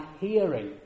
hearing